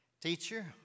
Teacher